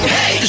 Hey